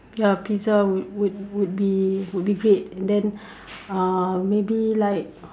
ya a pizza would would would be would be great and then uh maybe like